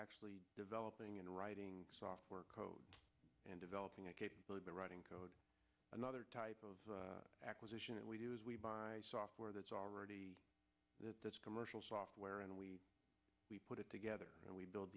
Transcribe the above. actually developing and writing software code and developing and writing code another type of acquisition that we do is we buy software that's already this commercial software and we put it together and we build